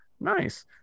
nice